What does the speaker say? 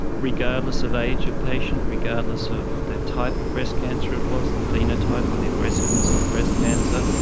regardless of age of patient, regardless of the type of breast cancer it was, the phenotype or the aggressiveness of the breast cancer,